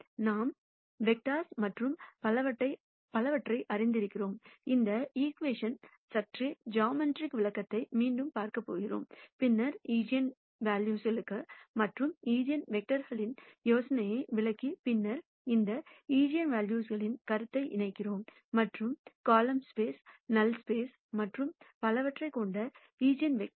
நாம் வெக்டர்ஸ் மற்றும் பலவற்றை அறிந்திருக்கிறோம் இந்த ஈகிவேஷன் சற்றே ஜாமெட்ரிக் விளக்கத்தை மீண்டும் பார்க்கப் போகிறோம் பின்னர் ஈஜென்வெல்யூஸ்க்கள் மற்றும் ஈஜென்வெக்டர்களின் யோசனையை விளக்கி பின்னர் இந்த ஈஜென்வெல்யூஸ்க்களின் கருத்தை இணைக்கிறோம் மற்றும் காலம்கள் ஸ்பேஸ் நல் ஸ்பேஸ் மற்றும் பலவற்றைக் கொண்ட ஈஜென்வெக்டர்கள்